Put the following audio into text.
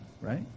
right